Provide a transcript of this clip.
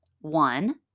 One